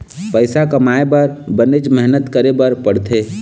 पइसा कमाए बर बनेच मेहनत करे बर पड़थे